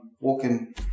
walking